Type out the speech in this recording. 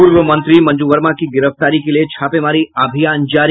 पूर्व मंत्री मंजू वर्मा की गिरफ्तारी के लिये छापेमारी अभियान जारी